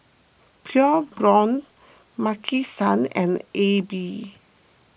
Pure Blonde Maki San and Aibi